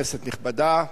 כנסת נכבדה,